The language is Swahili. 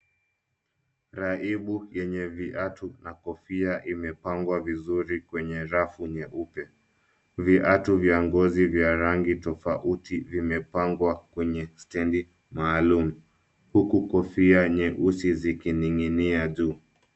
Raibu yenye viatu na kofia imepangwa vizuri kwenye rafu nyeupe. Viatu vya ngozi vya rangi tofauti vimepangwa kwenye stendi maalum, huku kofia nyeusi zikining'inia juu.